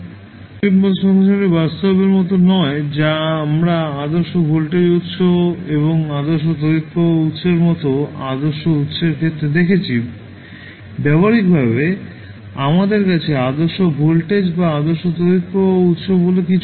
যদিও unit impulse ফাংশনটি বাস্তবের মতো নয় যা আমরা আদর্শ ভোল্টেজ উত্স এবং আদর্শ তড়িৎ প্রবাহ উত্সের মতো আদর্শ উত্সের ক্ষেত্রে দেখেছি ব্যবহারিকভাবে আমাদের কাছে আদর্শ ভোল্টেজ বা আদর্শ তড়িৎ প্রবাহ উত্স বলে কিছু নেই